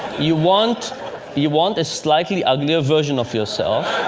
you want you want a slightly uglier version of yourself.